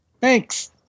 Thanks